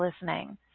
listening